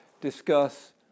discuss